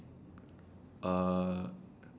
err